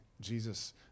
Jesus